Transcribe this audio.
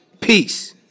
Peace